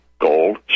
gold